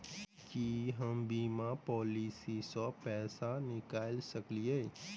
की हम बीमा पॉलिसी सऽ पैसा निकाल सकलिये?